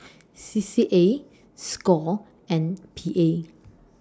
C C A SCORE and P A